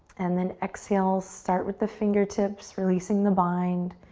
and then exhale, start with the fingertips, releasing the bind,